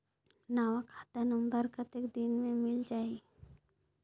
नवा खाता नंबर कतेक दिन मे मिल जाही?